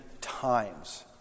times